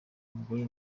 umugore